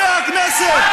הם יתנפלו על חברי הכנסת,